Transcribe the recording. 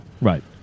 Right